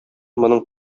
моның